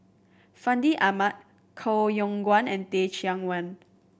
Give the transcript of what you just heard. Fandi Ahmad Koh Yong Guan and Teh Cheang Wan